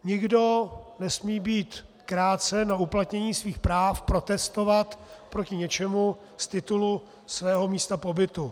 Nikdo nesmí být krácen na uplatnění svých práv protestovat proti něčemu z titulu svého místa pobytu.